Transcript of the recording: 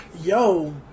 yo